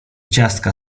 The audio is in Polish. ciastka